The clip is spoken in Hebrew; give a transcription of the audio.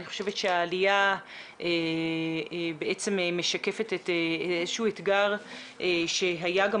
אני חושבת שהעליה משקפת איזשהו אתגר שהיה גם